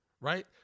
right